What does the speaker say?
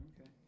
okay